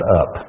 up